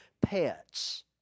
pets